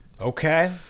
Okay